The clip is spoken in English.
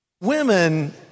Women